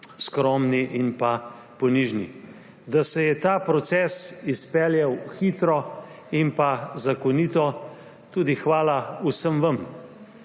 skromni in pa ponižni. Da se je ta proces izpeljal hitro in pa zakonito, tudi hvala vsem vam,